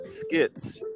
skits